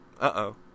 Uh-oh